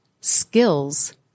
skills